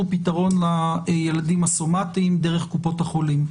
פתרון לילדים הסומטים דרך קופות החולים.